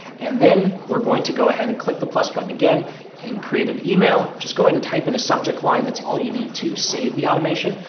and then we're going to go ahead and click the plus button again and create an email. just go ahead and type in a subject line that's all you need to save the automation.